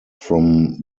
from